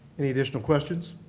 any additional questions?